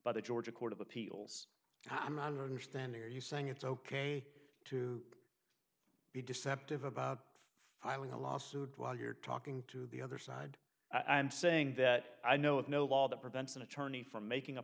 by the georgia court of appeals i'm understanding are you saying it's ok to be deceptive about filing a lawsuit while you're talking to the other side and saying that i know of no law that prevents an attorney from making a